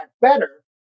better